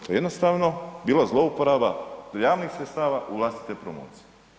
To je jednostavno bila zlouporaba javnih sredstava u vlastite promocije.